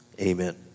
Amen